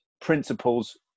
principles